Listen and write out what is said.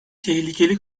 tehlikeli